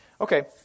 Okay